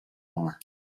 more